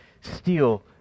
steal